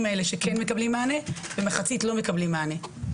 האלה שכן מקבלים מענה ומחצית לא מקבלים מענה.